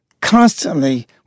constantly